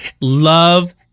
Love